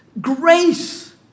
grace